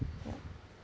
yup